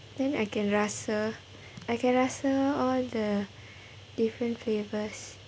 then I can rasa I can rasa all the different flavours